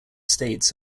states